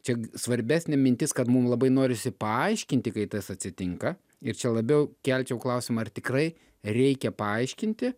čia svarbesnė mintis kad mum labai norisi paaiškinti kai tas atsitinka ir čia labiau kelčiau klausimą ar tikrai reikia paaiškinti